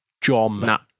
John